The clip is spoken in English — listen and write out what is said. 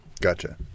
Gotcha